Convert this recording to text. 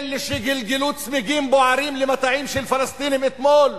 אלה שגלגלו צמיגים בוערים למטעים של פלסטינים אתמול,